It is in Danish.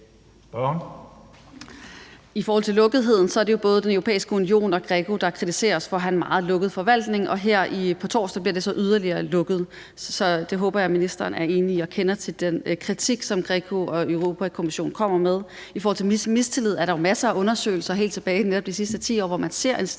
I forhold til lukketheden er det jo både Den Europæiske Union og GRECO, der kritiserer os for at have en meget lukket forvaltning, og her på torsdag bliver den så yderligere lukket. Jeg håber, ministeren er enig i det og kender til den kritik, som GRECO og Europa-Kommissionen kommer med. I forhold til mistillid er der masser af undersøgelser helt tilbage fra netop de sidste 10 år, hvor man ser en stigende